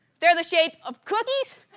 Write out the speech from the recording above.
they are the shape of cookies.